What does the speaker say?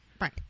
Right